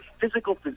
physical